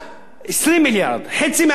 20 מיליארד, חצי מהחצי.